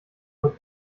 nur